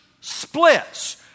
splits